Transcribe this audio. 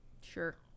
Sure